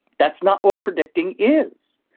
that's not what predicting is.